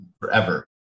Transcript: forever